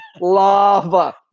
Lava